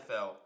NFL